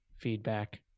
feedback